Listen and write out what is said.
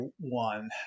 one